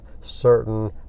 certain